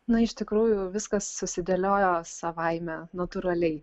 nu iš tikrųjų viskas susidėliojo savaime natūraliai